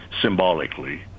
symbolically